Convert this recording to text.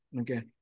okay